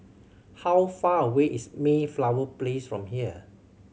how far away is Mayflower Place from here